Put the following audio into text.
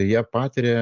tai jie patiria